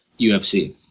UFC